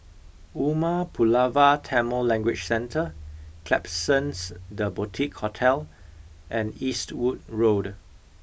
Umar Pulavar Tamil Language Centre Klapsons the Boutique Hotel and Eastwood Road